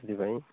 ସେଥିପାଇଁ